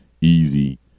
easy